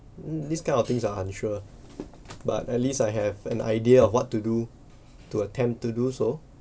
mm this kind of things are unsure but at least I have an idea of what to do to attempt to do so